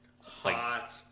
Hot